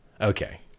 Okay